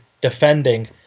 defending